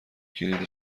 کلید